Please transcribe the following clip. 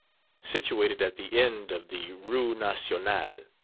situated at the end of the rue nationale.